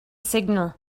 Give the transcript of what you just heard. signal